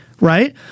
Right